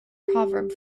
proverb